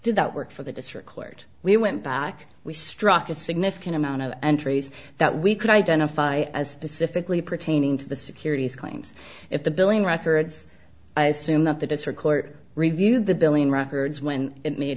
did that work for the district court we went back we struck a significant amount of entries that we could identify specifically pertaining to the securities claims if the billing records i assume that the district court reviewed the billing records when it made